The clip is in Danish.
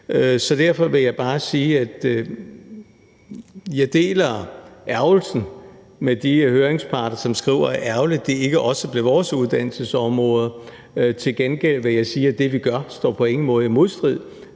Så derfor vil jeg bare sige, at jeg deler ærgrelsen med de høringsparter, som skriver: Det er ærgerligt, at det ikke også blev vores uddannelsesområde. Til gengæld vil jeg sige, at det, vi gør, på ingen måde står i modstrid